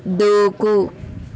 దూకు